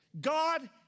God